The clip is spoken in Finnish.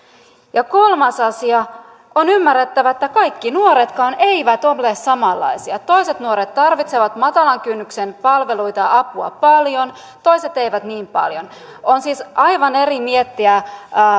ja kolmas asia on ymmärrettävä että kaikki nuoretkaan eivät ole samanlaisia toiset nuoret tarvitsevat matalan kynnyksen palveluita ja apua paljon toiset eivät niin paljon on siis aivan eri asia miettiä